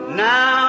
now